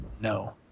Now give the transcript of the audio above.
No